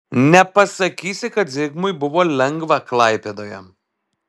nepasakysi kad zigmui buvo lengva klaipėdoje